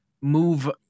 move